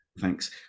thanks